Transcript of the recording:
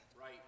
Right